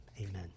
amen